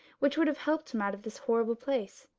which would have helped him out of this horrible place.